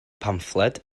pamffled